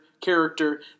character